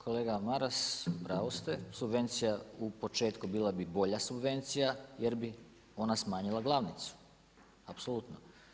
Kolega Maras upravu ste, subvencija u početku bila bi bolja subvencija jer bi ona smanjila glavnicu, apsolutno.